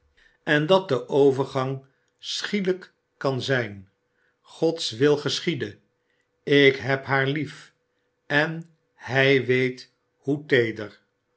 en dat de overgang schielijk kan zijn gods wil geschiede ik heb haar lief en hij weet hoe teeder